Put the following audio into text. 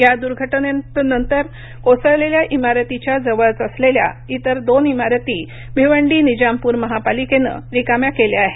या दूर्घटनेनंतर कोसळलेल्या इमारतीच्या जवळच असलेल्या इतर दोन इमारती भिवंडी निजामपूर महापालिकेनं रिकाम्या केल्या आहेत